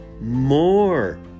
more